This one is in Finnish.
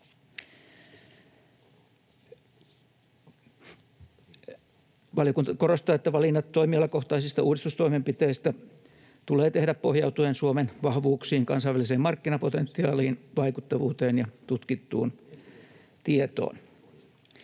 Valiokunta korostaa, että valinnat toimialakohtaisista uudistustoimenpiteistä tulee tehdä pohjautuen Suomen vahvuuksiin, kansainväliseen markkinapotentiaaliin, vaikuttavuuteen ja tutkittuun tietoon.